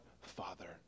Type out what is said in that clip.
Father